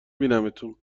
بینمتون